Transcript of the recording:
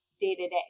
day-to-day